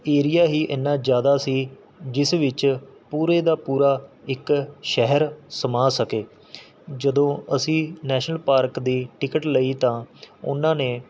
area ਹੀ ਇੰਨ੍ਹਾਂ ਜ਼ਿਆਦਾ ਸੀ ਜਿਸ ਵਿੱਚ ਪੂਰੇ ਦਾ ਪੂਰਾ ਇੱਕ ਸ਼ਹਿਰ ਸਮਾ ਸਕੇ ਜਦੋਂ ਅਸੀਂ ਨੈਸ਼ਨਲ ਪਾਰਕ ਦੀ ਟਿਕਟ ਲਈ ਤਾਂ ਉਹਨਾਂ ਨੇ